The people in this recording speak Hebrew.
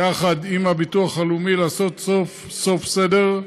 יחד עם הביטוח הלאומי, לעשות סוף-סוף סדר.